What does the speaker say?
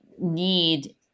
need